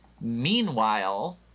Meanwhile